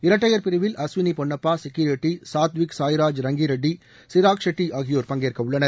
இரட்டையர் பிரிவில் அஸ்வினி பொன்னப்பா சிக்கி ரெட்டி சாத்விக் சாய்ராஜ் ரங்கிரெட்டி சிராக் ஷெட்டி ஆகியோர் பங்கேற்கவுள்ளனர்